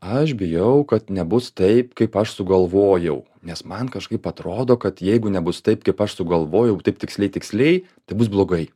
aš bijau kad nebus taip kaip aš sugalvojau nes man kažkaip atrodo kad jeigu nebus taip kaip aš sugalvojau taip tiksliai tiksliai tai bus blogai